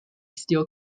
steel